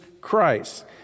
Christ